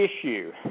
issue